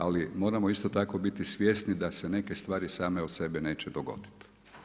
Ali moramo isto tako biti svjesni da se neke stvari same od sebe neće dogoditi.